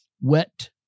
wet